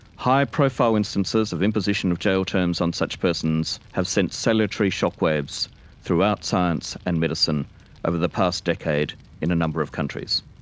high profile instances of imposition of jail terms on such persons have sent salutary shock waves throughout science and medicine over the past decade in a number of countries.